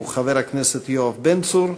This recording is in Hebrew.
חבר הכנסת יואב בן צור,